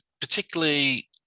particularly